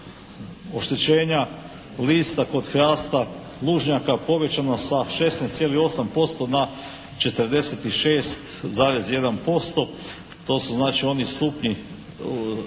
oštećenja lista kod hrasta lužnjaka povećano sa 16,8% na 46,1%. To su znači oni stupnji